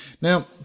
Now